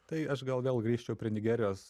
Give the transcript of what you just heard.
tai aš gal vėl grįžčiau prie nigerijos